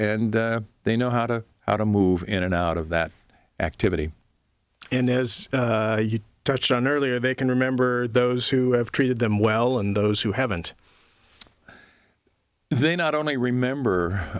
and they know how to how to move in and out of that activity and as you touched on earlier they can remember those who have treated them well and those who haven't they not only remember